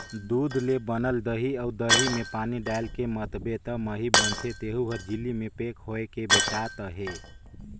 दूद ले बनल दही अउ दही में पानी डायलके मथबे त मही बनथे तेहु हर झिल्ली में पेक होयके बेचात अहे